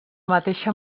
mateixa